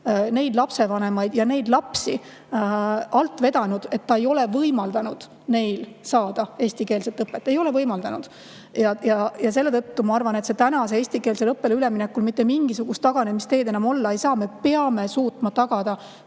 neid lapsevanemaid ja neid lapsi alt vedanud, et ta ei ole võimaldanud neil saada eestikeelset õpet. Ei ole võimaldanud! Ja selle tõttu ma arvan, et täna eestikeelsele õppele üleminekul mitte mingisugust taganemisteed enam olla ei saa. Me peame suutma tagada